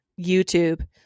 YouTube